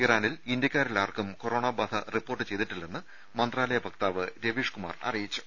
ഇറാനിൽ ഇന്ത്യക്കാരിൽ ആർക്കും കൊറോണ ബാധ റിപ്പോർട്ട് ചെയ്തിട്ടില്ലെന്ന് മന്ത്രാലയ വക്താവ് രവീഷ്കുമാർ അറിയിച്ചു